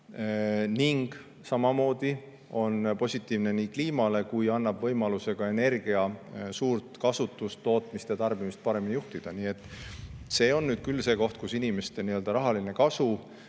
ning samamoodi on positiivne nii kliimale kui ka annab võimaluse energia suurt kasutust, tootmist ja tarbimist paremini juhtida. Nii et see on nüüd küll see koht, kus inimeste rahaline kasu